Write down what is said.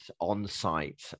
on-site